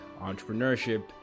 entrepreneurship